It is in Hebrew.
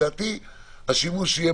לדעתי השימוש שיהיה